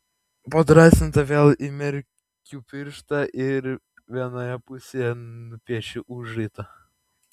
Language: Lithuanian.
padrąsinta vėl įmerkiu pirštą ir vienoje pusėje nupiešiu užraitą